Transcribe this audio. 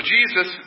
Jesus